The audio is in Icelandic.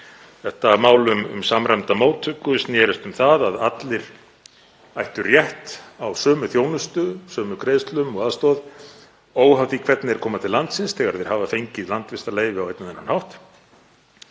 Þetta mál um samræmda móttöku snerist um það að allir ættu rétt á sömu þjónustu, sömu greiðslum og aðstoð, óháð því hvernig þeir kæmu til landsins þegar þeir hefðu fengið landvistarleyfi á einn eða annan hátt.